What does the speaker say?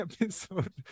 episode